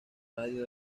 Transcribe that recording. radio